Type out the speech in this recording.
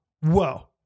whoa